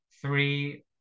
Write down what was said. three